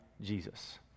Jesus